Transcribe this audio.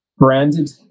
Branded